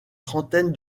trentaine